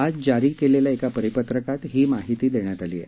आज जारी केलेल्या एका परिपत्रकात ही माहिती देण्यात आली आहे